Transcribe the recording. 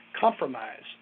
compromised